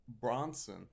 Bronson